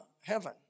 heaven